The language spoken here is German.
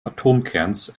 atomkerns